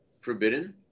forbidden